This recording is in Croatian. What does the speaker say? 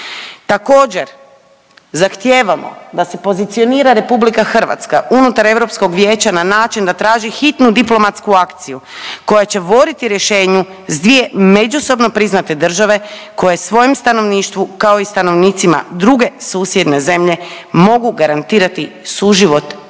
Također zahtijevamo da se pozicionira RH unutar Europskog vijeća na način da traži hitnu diplomatsku akciju koja će voditi rješenju s dvije međusobno priznate države koje svojem stanovništvu kao i stanovnicima druge susjedne zemlje mogu garantirati suživot, mir